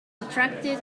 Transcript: attracted